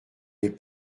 les